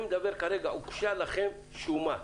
אני מדבר כרגע הוגשה לכם שומה.